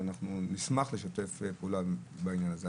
ונשמח לשתף פעולה בעניין הזה.